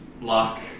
luck